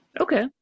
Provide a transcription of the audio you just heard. okay